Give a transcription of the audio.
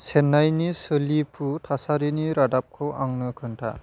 चेन्नाइनि सोलिफु थासारिनि रादाबखौ आंनो खिन्था